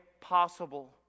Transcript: possible